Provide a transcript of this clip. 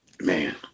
Man